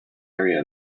area